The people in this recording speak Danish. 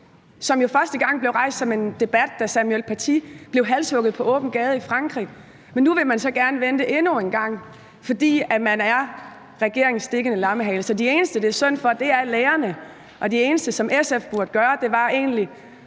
jo første gang blev rejst som en debat, da Samuel Paty blev halshugget på åben gade i Frankrig. Men nu vil man så gerne vente endnu en gang, fordi man er regeringens dikkende lammehale. Så de eneste, det er synd for, er lærerne, og det eneste, SF burde gøre, var egentlig